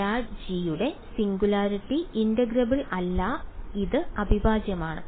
grad g യുടെ singularity integrable അല്ല ഇത് അവിഭാജ്യമാണ്